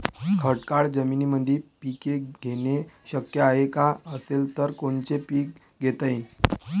खडकाळ जमीनीमंदी पिके घेणे शक्य हाये का? असेल तर कोनचे पीक घेता येईन?